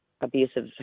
abusive